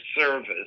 service